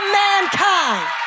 mankind